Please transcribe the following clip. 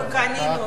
אנחנו קנינו.